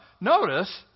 Notice